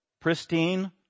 pristine